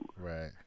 Right